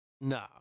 No